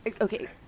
okay